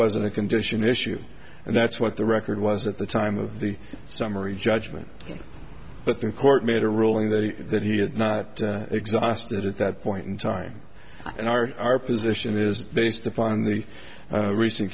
wasn't a condition issue and that's what the record was at the time of the summary judgment but the court made a ruling that that he had not exhausted at that point in time and our position is based upon the recent